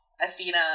Athena